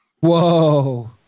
Whoa